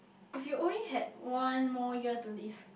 if you only had one more year to live